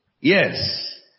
Yes